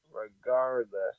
regardless